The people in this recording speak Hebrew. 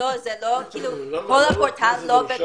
לא עובד.